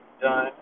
done